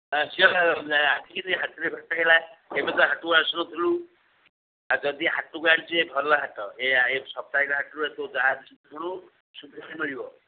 ଆସିଗଲ ଆସିକି ହାଟରେ ଭେଟ ହୋଇଗଲା କେବେ ତ ହାଟକୁ ଆସୁନଥିଲୁ ଆ ଯଦି ହାଟକୁ ଆସିଛୁ ଏ ଭଲ ହାଟ ଏ ସପ୍ତାହିକ ହାଟରୁ ତୁ ଯାହା କିଣୁଥିଲୁ ସେଥିରୁ ସବୁ ମିଳିବ